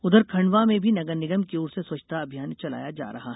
उधर खंडवा में भी नगर निगम की ओर से स्वच्छता अभियान चलाया जा रहा है